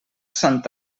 sant